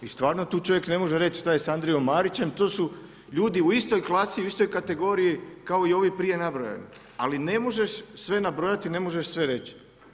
I stvarno tu čovjek ne može reći šta je s Andrijom Marićem, to su ljudi u istoj klasi, u istoj kategoriji kao i ovi prije nabrojani, ali ne možeš sve nabrojati, ne možeš sve reći.